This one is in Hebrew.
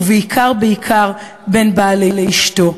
ובעיקר בעיקר בין בעל לאשתו.